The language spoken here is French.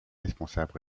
responsable